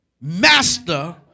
master